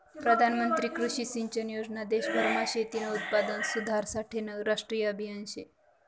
प्रधानमंत्री कृषी सिंचन योजना देशभरमा शेतीनं उत्पादन सुधारासाठेनं राष्ट्रीय आभियान शे